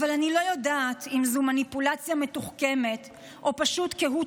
אבל אני לא יודעת אם זו מניפולציה מתוחכמת או פשוט קהות